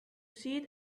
see